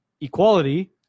equality